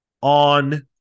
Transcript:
On